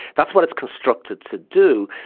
that's what it's constructive to do.